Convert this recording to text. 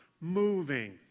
moving